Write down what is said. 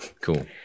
Cool